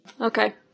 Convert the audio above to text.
Okay